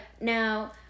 Now